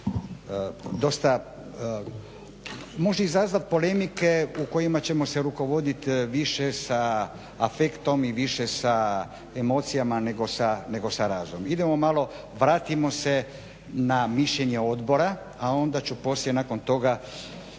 može izazvati polemika u kojima ćemo se rukovoditi više sa afektom i više sa emocijama nego sa razumom. Idemo malo, vratimo se na mišljenje odbora, a onda ću poslije nakon toga